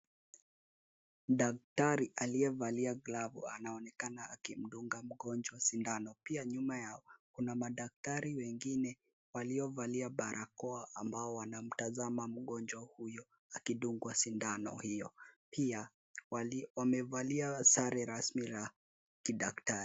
Daktari aliyevalia glavu anaonekana akimdunga mgonjwa sindano, pia nyuma yao kuna madaktari wengine waliovalia barakao ambao wanamtazama mgonjwa huyo akidungwa sindano iyo, pia wamevalia sare rasmi za kidaktari.